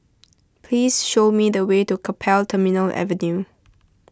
please show me the way to Keppel Terminal Avenue